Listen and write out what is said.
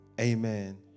amen